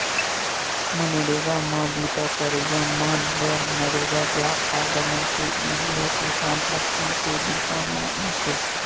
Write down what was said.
मनरेगा म बूता करइया मन बर नरेगा जॉब कारड बनथे, यहूं ह पहचान पाती के बूता म आथे